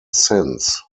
since